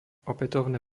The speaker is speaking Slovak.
opätovné